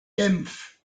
genf